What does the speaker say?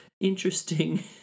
interesting